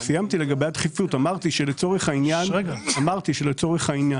אמרתי שלצורך העניין